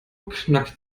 knackt